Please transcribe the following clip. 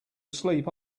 asleep